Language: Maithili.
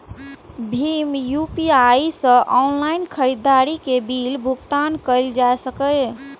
भीम यू.पी.आई सं ऑनलाइन खरीदारी के बिलक भुगतान कैल जा सकैए